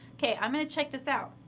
okay, i'm going to check this out.